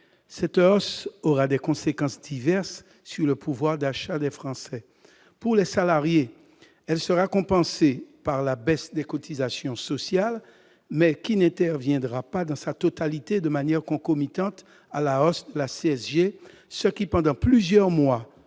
Cette hausse aura des conséquences diverses sur le pouvoir d'achat des Français. Pour les salariés, elle sera compensée par la baisse des cotisations sociales, laquelle n'interviendra pas de manière totalement concomitante à la hausse de la CSG. En 2018, pendant plusieurs mois,